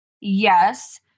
Yes